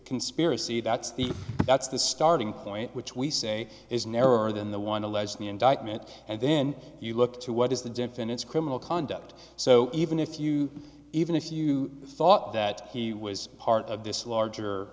conspiracy that's the that's the starting point which we say is narrower than the one alleged the indictment and then you look to what is the defendant's criminal conduct so even if you even if you thought that he was part of this larger